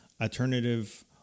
alternative